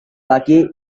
laki